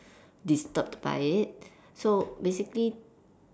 disturbed by it so basically